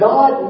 God